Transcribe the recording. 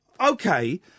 Okay